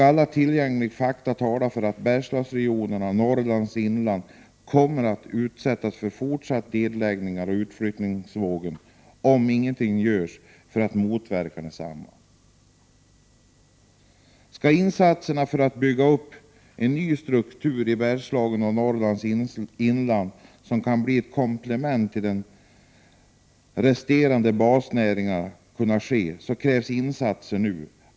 Alla tillgängliga fakta talar för att Bergslagsregionen och Norrlands inland kommer att utsättas för en fortsatt nedläggningsoch utflyttningsvåg, om ingenting görs för att motverka densamma. Skall insatserna för att bygga upp en ny struktur i Bergslagen och Norrlands inland som kan bli ett komplement till de resterande basnäringarna kunna ske, krävs insatser nu.